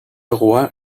roi